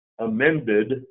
amended